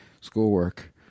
schoolwork